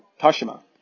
Tashima